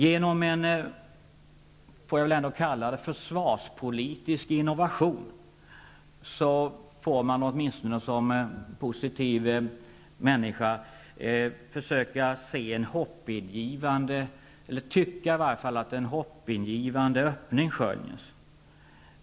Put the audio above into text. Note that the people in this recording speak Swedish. Tack vare en försvarspolitisk innovation -- så får jag ändå kalla det -- kan jag som en positiv människa åtminstone tycka att en hoppingivande öppning skönjs.